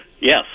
Yes